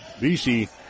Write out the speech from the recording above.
BC